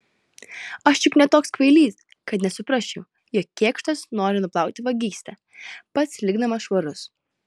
aš juk ne toks kvailys kad nesuprasčiau jog kėkštas nori nuplauti vagystę pats likdamas švarus